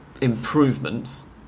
improvements